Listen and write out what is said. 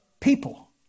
people